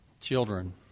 children